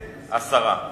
הסרה.